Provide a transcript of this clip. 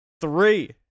three